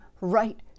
right